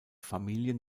familien